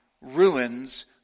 ruins